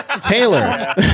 Taylor